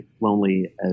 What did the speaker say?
lonely